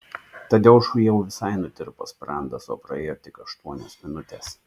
tadeušui jau visai nutirpo sprandas o praėjo tik aštuonios minutės